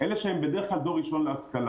אלה שהם בדרך כלל דור ראשון להשכלה.